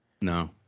No